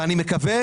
ואני מקווה,